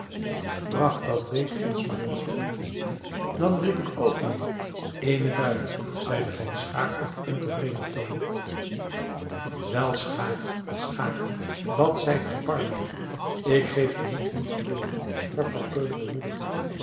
bracht dat beest ons maar te eten dan riep ik ook mee eene duif zeide van schaeck op ontevreden toon wel schaeck schaeck wat zijt ge bar man ik geef den moed niet verloren sprak van keulen bemoedigend